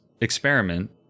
experiment